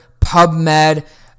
PubMed